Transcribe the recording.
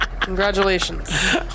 Congratulations